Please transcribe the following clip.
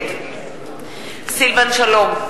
אינו נוכח סילבן שלום,